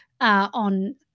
on